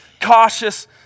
cautious